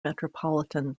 metropolitan